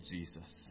Jesus